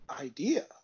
idea